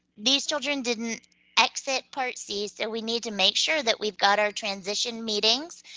these children didn't exit part c, so we need to make sure that we've got our transition meetings,